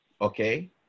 Okay